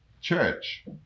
Church